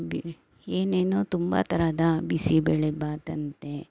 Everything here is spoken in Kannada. ಏನೇನೋ ತುಂಬ ತರಹದ ಬಿಸಿಬೇಳೆ ಭಾತ್ ಅಂತೆ